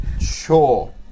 Sure